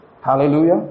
Hallelujah